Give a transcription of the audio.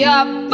up